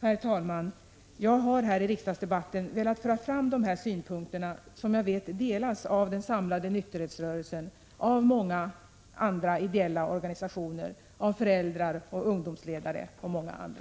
Herr talman! Jag har här i riksdagsdebatten velat föra fram de här synpunkterna som jag vet delas av den samlade nykterhetsrörelsen, av många andra ideella organisationer, av föräldrar och ungdomsledare och många andra.